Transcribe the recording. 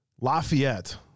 Lafayette